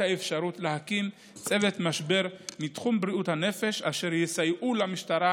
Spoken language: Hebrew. האפשרות להקים צוות משבר מתחום בריאות הנפש אשר יסייע למשטרה